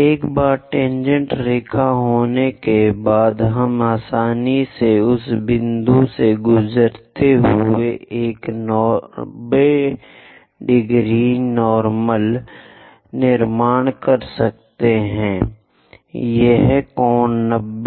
एक बार टेनजेंट रेखा होने के बाद हम आसानी से उस बिंदु से गुजरते हुए एक 90 नार्मल निर्माण कर सकते हैं यह कोण